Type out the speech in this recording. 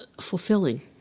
fulfilling